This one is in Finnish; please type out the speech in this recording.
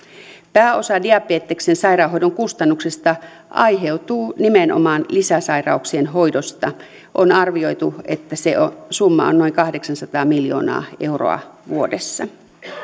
pääosa diabeteksen sairaanhoidon kustannuksista aiheutuu nimenomaan lisäsairauksien hoidosta on arvioitu että se summa on noin kahdeksansataa miljoonaa euroa vuodessa